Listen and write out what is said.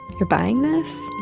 you're buying this?